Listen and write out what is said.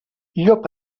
llop